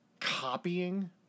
copying